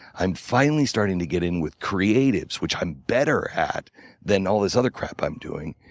i'm finally starting to get in with creatives, which i'm better at than all this other crap i'm doing.